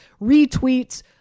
retweets